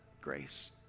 grace